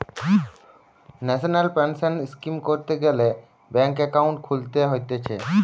national pension scheme করতে গ্যালে bank account খুলতে হতিছে